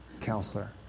counselor